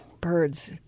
birds